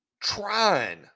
trying